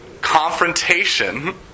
confrontation